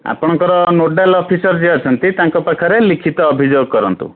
ଆପଣଙ୍କର nodal officer ଯିଏ ଅଛନ୍ତି ତାଙ୍କ ପାଖରେ ଲିଖିତ ଅଭିଯୋଗ କରନ୍ତୁ